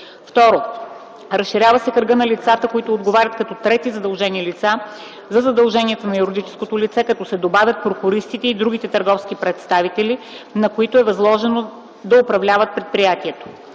2. Разширява се кръгът на лицата, които отговарят като трети задължени лица за задълженията на юридическото лице, като се добавят прокуристите и другите търговски представители, на които е възложено да управляват предприятието.